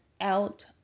out